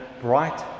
bright